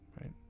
right